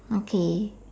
okay